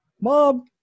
mom